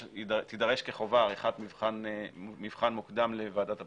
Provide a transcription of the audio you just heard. כחובה עריכת מבחן מוקדם לוועדת הבחינה,